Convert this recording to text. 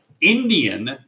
Indian